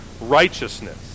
righteousness